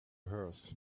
hers